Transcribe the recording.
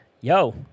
yo